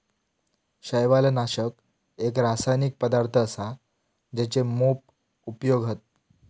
शैवालनाशक एक रासायनिक पदार्थ असा जेचे मोप उपयोग हत